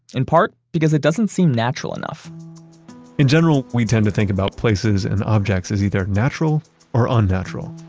in part because it doesn't seem natural enough in general, we tend to think about places and objects as either natural or unnatural.